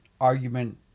argument